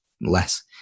less